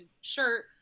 shirt